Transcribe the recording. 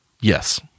Yes